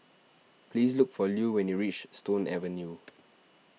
please look for Lue when you reach Stone Avenue